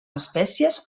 espècies